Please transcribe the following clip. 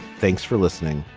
thanks for listening.